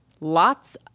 Lots